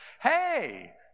Hey